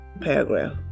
paragraph